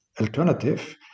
alternative